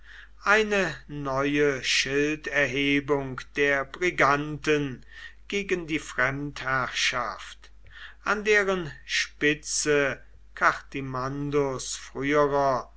eine neue schilderhebung der briganten gegen die fremdherrschaft an deren spitze cartimandus früherer